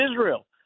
Israel